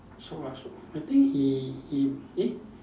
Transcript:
so ah so I think he he eh